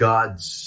God's